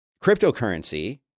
cryptocurrency